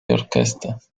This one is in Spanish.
orquestas